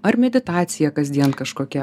ar meditacija kasdien kažkokia